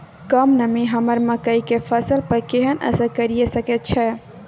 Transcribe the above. कम नमी हमर मकई के फसल पर केहन असर करिये सकै छै?